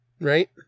Right